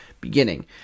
beginning